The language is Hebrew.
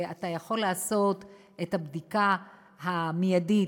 ואתה יכול לעשות את הבדיקה המיידית,